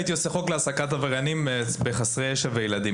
הייתי עושה חוק למניעת העסקת עבריינים עם חסרי ישע וילדים.